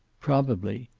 probably.